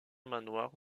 manoir